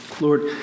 Lord